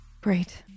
Great